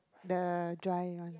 the dry one